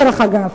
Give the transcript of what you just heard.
דרך אגב,